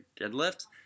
deadlift